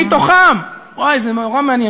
מתוכם, וואי, זה נורא מעניין.